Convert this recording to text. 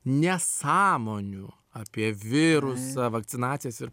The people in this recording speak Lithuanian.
nesąmonių apie virusą vakcinacijas ir